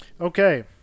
Okay